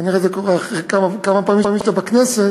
כנראה זה קורה אחרי כמה פעמים שאתה בכנסת.